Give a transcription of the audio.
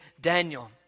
Daniel